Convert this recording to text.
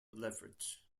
leverage